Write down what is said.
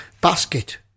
basket